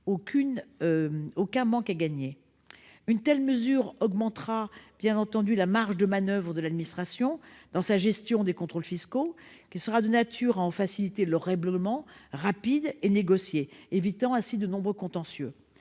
aucun manque à gagner. Une telle mesure augmentera bien entendu la marge de manoeuvre de l'administration dans sa gestion des contrôles fiscaux, ce qui sera de nature à en faciliter le règlement rapide et négocié, évitant ainsi de nombreux contentieux.